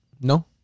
No